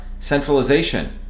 Centralization